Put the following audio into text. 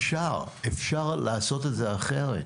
אפשר לעשות את זה אחרת.